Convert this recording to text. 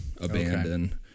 abandoned